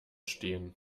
stehen